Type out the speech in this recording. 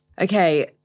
Okay